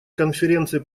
конференции